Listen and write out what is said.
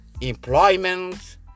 Employment